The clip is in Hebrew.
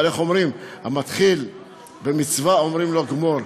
אבל, איך אומרים, המתחיל במצווה, אומרים לו: גמור.